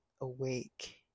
awake